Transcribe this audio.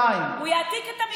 2. הוא יעתיק את המפעל.